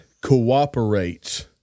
cooperates